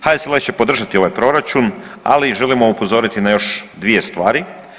HSLS će podržati ovaj Proračun, ali i želimo upozoriti na još dvije stvari.